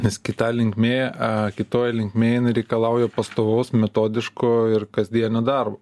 nes kita linkmė kitoj linkmėj jinai reikalauja pastovaus metodiško ir kasdienio darbo